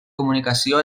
comunicació